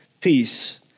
peace